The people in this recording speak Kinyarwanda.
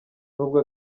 nubwo